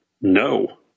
no